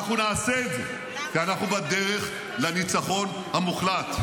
אנחנו נעשה את זה כי אנחנו בדרך לניצחון המוחלט.